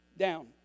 down